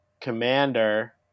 Commander